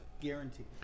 Guaranteed